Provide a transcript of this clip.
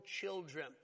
children